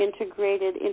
integrated